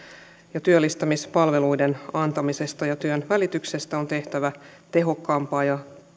ja työllistämispalveluiden antamisesta ja työnvälityksestä on tehtävä tehokkaampaa ja